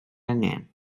angen